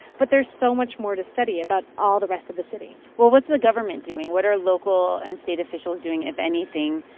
but there's so much more to study about all the rest of the city well, what's the government doing? what are local and state officials doing, if anything,